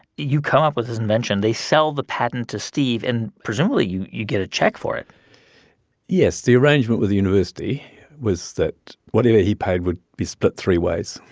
you come up with this invention. they sell the patent to steve. and, presumably, you you get a check for it yes, the arrangement with the university was that whatever he paid would be split three ways.